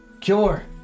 cure